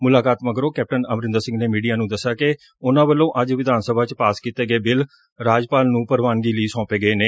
ਮੁਲਾਕਾਤ ਮਗਰੋਂ ਕੈਪਟਨ ਅਮਰਿੰਦਰ ਸਿੰਘ ਨੇ ਮੀਡੀਆ ਨੂੰ ਦਸਿਆ ਕਿ ਉਨੂਾਂ ਵੱਲੋਂ ਅੱਜ ਵਿਧਾਨ ਸਭਾ ਚ ਪਾਸ ਕੀਤੇ ਗਏ ਬਿੱਲ ਰਾਜਪਾਲ ਨੂੰ ਪ੍ਰਵਾਨਗੀ ਲਈ ਸੌਂਪੇ ਗਏ ਨੇ